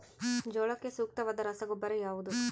ಜೋಳಕ್ಕೆ ಸೂಕ್ತವಾದ ರಸಗೊಬ್ಬರ ಯಾವುದು?